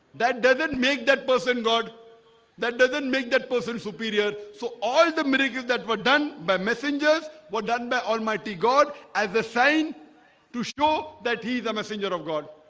that doesn't make that person god that doesn't make that person superior so all the miracles that were done by messengers were done by almighty god as the sign to show that he's a messenger of god.